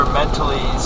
mentally